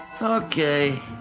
Okay